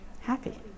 happy